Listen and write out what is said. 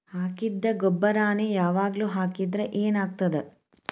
ಹಾಕಿದ್ದ ಗೊಬ್ಬರಾನೆ ಯಾವಾಗ್ಲೂ ಹಾಕಿದ್ರ ಏನ್ ಆಗ್ತದ?